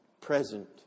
present